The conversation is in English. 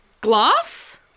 Glass